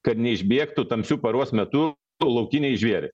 kad neišbėgtų tamsiu paros metu laukiniai žvėrys